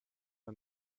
her